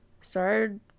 started